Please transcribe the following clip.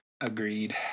Agreed